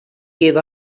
give